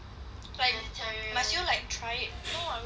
but must you like try it